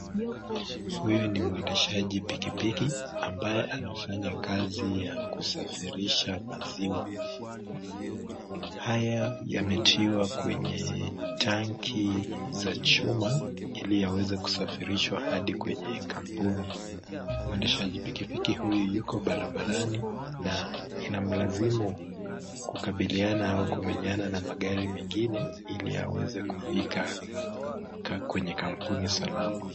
Huyu ni mwendeshaji pikipiki, ambaye anafanya kazi ya kusafirisha maziwa. Haya yametiwa kwenye tanki za chuma ili yaweze kusafirishwa hadi kwenye kampuni. Mwendeshaji pikipiki huyu yuko barabarani na inamlazimu kukabiliana au kumenyana na magari mengine ili aweze kufika kwenye kampuni salama.